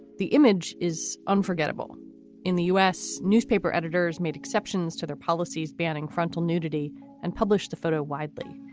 the image is unforgettable in the u s, newspaper editors made exceptions to their policies banning frontal nudity and published a photo widely.